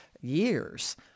years